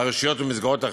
הרשויות במסגרות החינוך.